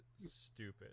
stupid